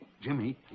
Jimmy